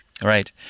right